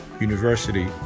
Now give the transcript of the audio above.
university